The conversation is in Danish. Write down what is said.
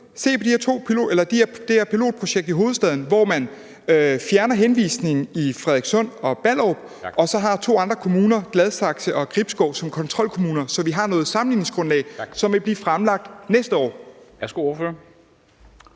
her pilotprojekt i hovedstaden, hvor man fjerner henvisningspligten i Frederikssund og Ballerup og så har to andre kommuner, Gladsaxe og Gribskov, som kontrolkommuner, så vi har et sammenligningsgrundlag? Resultaterne af det vil blive fremlagt næste år. Kl.